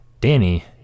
Danny